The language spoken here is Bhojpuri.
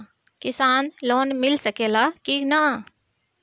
किसान लोन मिल सकेला कि न?